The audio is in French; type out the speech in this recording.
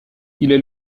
est